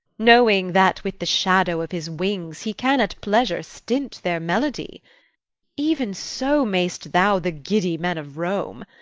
knowing that with the shadow of his wings he can at pleasure stint their melody even so mayest thou the giddy men of rome.